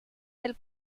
del